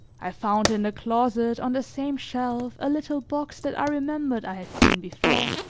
i found in the closet, on the same shelf, a little box that i remembered i had seen before,